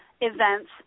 events